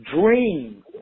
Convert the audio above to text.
Dream